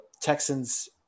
Texans